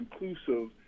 inclusive